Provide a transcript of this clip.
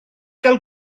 gael